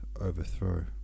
overthrow